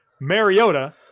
Mariota